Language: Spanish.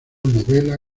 novela